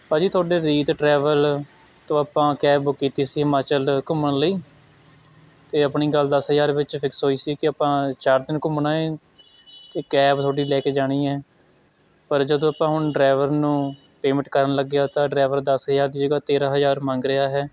ਭਾਅ ਜੀ ਤੁਹਾਡੇ ਰੀਤ ਟਰੈਵਲ ਤੋਂ ਆਪਾਂ ਕੈਬ ਬੁੱਕ ਕੀਤੀ ਸੀ ਹਿਮਾਚਲ ਘੁੰਮਣ ਲਈ ਅਤੇ ਆਪਣੀ ਗੱਲ ਦਸ ਹਜ਼ਾਰ ਵਿੱਚ ਫਿਕਸ ਹੋਈ ਸੀ ਕਿ ਆਪਾਂ ਚਾਰ ਦਿਨ ਘੁੰਮਣਾ ਹੈ ਅਤੇ ਕੈਬ ਤੁਹਾਡੀ ਲੈ ਕੇ ਜਾਣੀ ਹੈ ਪਰ ਜਦੋਂ ਆਪਾਂ ਹੁਣ ਡਰਾਇਵਰ ਨੂੰ ਪੇਮੈਂਟ ਕਰਨ ਲੱਗਿਆ ਤਾਂ ਡਰਾਇਵਰ ਦਸ ਹਜ਼ਾਰ ਦੀ ਜਗ੍ਹਾ ਤੇਰ੍ਹਾਂ ਹਜ਼ਾਰ ਮੰਗ ਰਿਹਾ ਹੈ